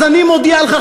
אז אני מודיע לך,